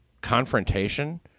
Confrontation